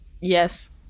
Yes